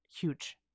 huge